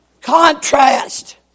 contrast